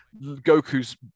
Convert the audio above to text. Goku's